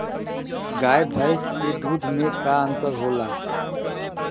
गाय भैंस के दूध में का अन्तर होला?